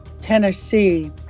Tennessee